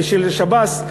של השב"ס,